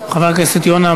רכישת שירותים